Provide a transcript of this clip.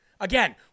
Again